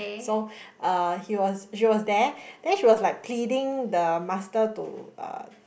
so uh he was she was there then she was like pleading the master to uh